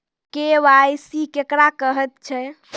KYC केकरा कहैत छै?